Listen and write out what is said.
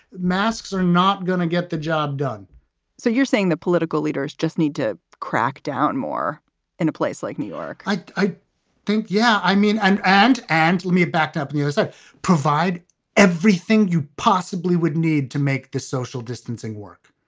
masks are not going to get the job done so you're saying the political leaders just need to crack down more in a place like new york? i i think. yeah. i mean, and and and let me backed up news. i provide everything you possibly would need to make this social distancing work.